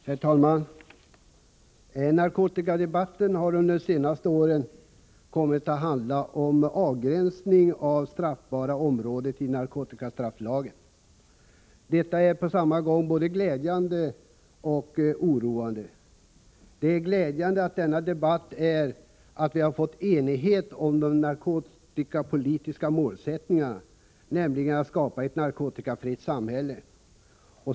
Herr talman! Narkotikadebatten har under de senaste åren kommit att handla om avgränsning av straffbara området i narkotikastrafflagen. Detta är på samma gång både glädjande och oroande. Det glädjande med denna debatt är att vi har fått enighet om de narkotikapolitiska målsättningarna, nämligen att skapa ett narkotikafritt samhälle.